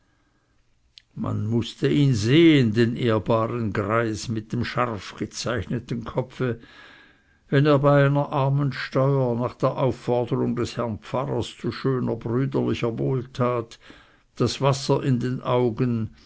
man mußte ihn sehen den ehrbaren greis mit dem scharfgezeichneten kopfe wenn er bei einer armensteuer nach der aufforderung des herrn pfarrers zu schöner brüderlicher wohltat das wasser in den augen